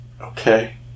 Okay